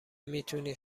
میتونی